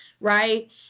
right